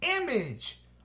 image